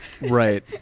Right